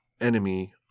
enemy